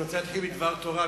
אני רוצה להתחיל בדבר תורה,